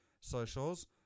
socials